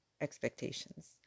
expectations